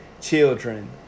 children